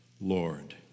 Lord